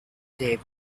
taped